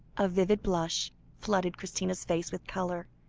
a vivid blush flooded christina's face with colour,